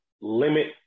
limit